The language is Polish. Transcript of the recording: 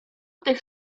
tych